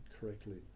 correctly